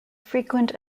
frequent